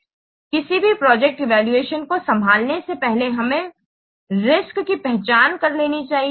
इसलिए किसी भी प्रोजेक्ट इवैल्यूएशन को संभालने से पहले हमें पहले रिस्क्स की पहचान करनी चाहिए